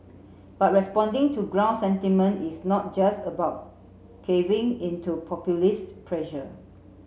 but responding to ground sentiment is not just about caving into populist pressure